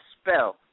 spell